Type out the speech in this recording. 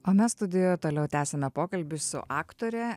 o mes studijoje toliau tęsiame pokalbį su aktore